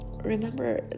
Remember